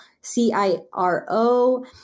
C-I-R-O